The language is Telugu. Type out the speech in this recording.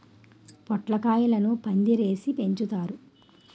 పొట్లకాయలను పందిరేసి పెంచుతారు